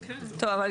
זה --- טוב.